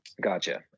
Gotcha